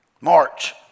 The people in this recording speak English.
March